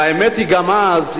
והאמת היא שגם אז,